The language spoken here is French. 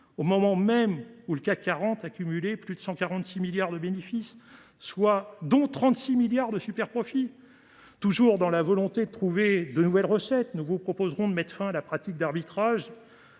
au moment même où le CAC 40 accumule plus de 146 milliards d’euros de bénéfices, dont 36 milliards d’euros de superprofits. Toujours animés par la volonté de trouver de nouvelles recettes, nous proposerons de mettre fin à la pratique de l’arbitrage